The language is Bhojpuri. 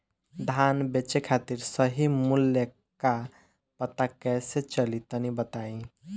धान बेचे खातिर सही मूल्य का पता कैसे चली तनी बताई?